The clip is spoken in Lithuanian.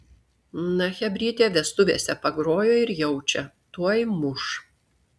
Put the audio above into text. na chebrytė vestuvėse pagrojo ir jaučia tuoj muš